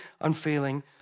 unfailing